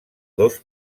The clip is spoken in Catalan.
dos